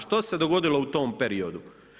Što se dogodilo u tom periodu?